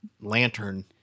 lantern